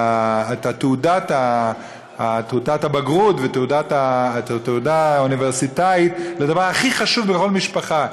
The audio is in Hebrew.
את תעודת הבגרות ואת התעודה האוניברסיטאית לדבר הכי חשוב בכל משפחה.